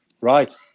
Right